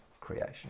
creation